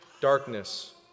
darkness